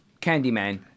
Candyman